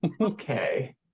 okay